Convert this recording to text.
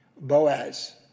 Boaz